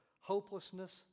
hopelessness